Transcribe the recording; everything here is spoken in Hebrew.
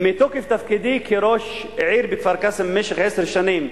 מתוקף תפקידי כראש עיר בכפר-קאסם במשך עשר שנים,